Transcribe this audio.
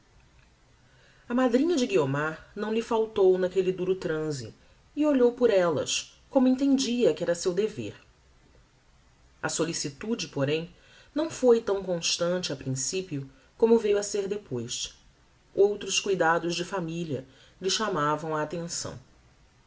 a madrinha de guiomar não lhe faltou naquelle duro transe e olhou por ellas como entendia que era seu dever a solicitude porém não foi tão constante a principio como veiu a ser depois outros cuidados de familia lhe chamavam a attenção